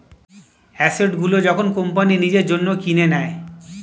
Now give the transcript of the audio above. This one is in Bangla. অ্যাসেট গুলো যখন কোম্পানি নিজের জন্য কিনে নেয়